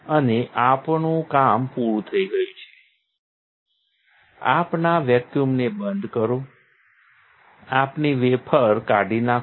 અને આપણું કામ પૂરું થઈ ગયું છે આપણા વેક્યુમને બંધ કરો આપણી વેફર કાઢી નાખો